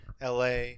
LA